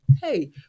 hey